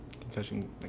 concussion